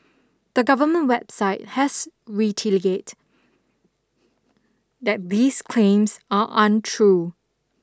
the government website has reteliate that these claims are untrue